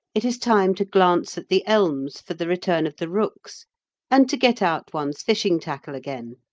it is time to glance at the elms for the return of the rooks and to get out one's fishing-tackle again.